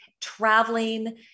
traveling